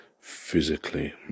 physically